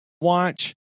Watch